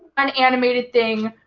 an animated thing,